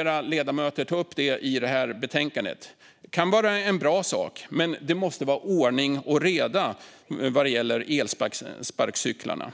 elsparkcyklar och elskotrar i betänkandet. De kan vara bra, men det måste vara ordning och reda på elsparkcyklarna.